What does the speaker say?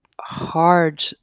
hard